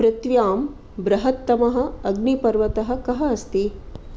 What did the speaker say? पृथिव्यां बृहत्तमः अग्निपर्वतः कः अस्ति